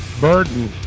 burden